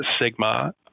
Sigma